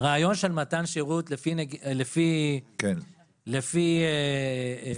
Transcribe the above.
רעיון של מתן שירות לפי צרכים.